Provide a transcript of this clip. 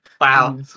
Wow